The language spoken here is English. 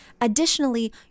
additionally